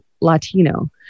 latino